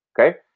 Okay